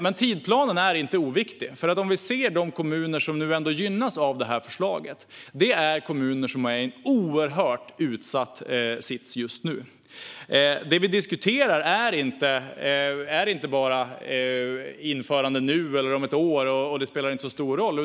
Men tidsplanen är inte oviktig, för de kommuner som gynnas av det här förslaget är kommuner som är i en oerhört utsatt sits just nu. Det diskuteras att ett införande nu eller om ett år inte spelar så stor roll.